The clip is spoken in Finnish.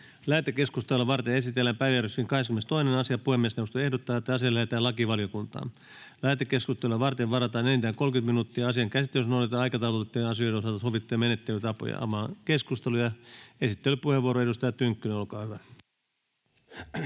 Lähetekeskustelua varten esitellään päiväjärjestyksen 24. asia. Puhemiesneuvosto ehdottaa, että asia lähetetään sivistysvaliokuntaan. Lähetekeskustelua varten varataan enintään 30 minuuttia. Asian käsittelyssä noudatetaan aikataulutettujen asioiden osalta sovittuja menettelytapoja. — Avaan keskustelun. Esittelypuheenvuoro, edustaja Hopsu, olkaa hyvä.